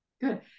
Good